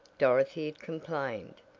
dorothy had complained.